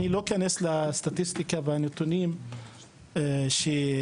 אני לא אכנס לסטטיסטיקה ולנתונים שעלו,